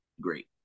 Great